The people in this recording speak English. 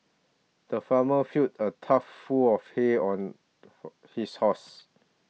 the farmer filled a tough full of hay on for his horse